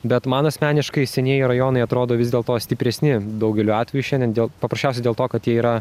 bet man asmeniškai senieji rajonai atrodo vis dėl to stipresni daugeliu atveju šiandien dėl paprasčiausiai dėl to kad jie yra